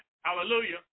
Hallelujah